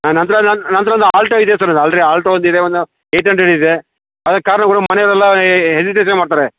ನನ್ನ ಹತ್ರ ನನ್ನ ನನ್ನ ಹತ್ರ ಒಂದು ಆಲ್ಟೋ ಇದೆ ಸರ್ ಆಲ್ರೆಡಿ ಆಲ್ಟೋ ಒಂದು ಇದೆ ಒಂದು ಏಟ್ ಹಂಡ್ರೆಡ್ ಇದೆ ಅದು ಕಾರ್ಗಳ್ ಮನೆಲೆಲ್ಲ ಹೆಸಿಟೇಷನ್ ಮಾಡ್ತಾರೆ